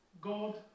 God